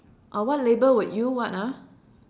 orh what label would you what ah